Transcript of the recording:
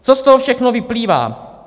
Co z toho všechno vyplývá?